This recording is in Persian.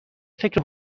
فکر